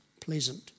pleasant